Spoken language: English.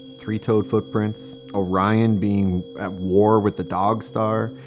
three-toed footprints, orion being at war with the dog star,